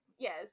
Yes